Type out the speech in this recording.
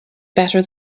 better